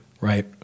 right